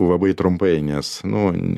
labai trumpai nes nu